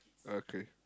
okay